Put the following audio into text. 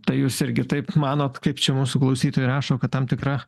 tai jūs irgi taip manot kaip čia mūsų klausytojai rašo kad tam tikra